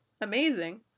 Amazing